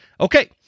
Okay